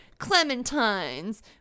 clementines